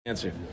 Answer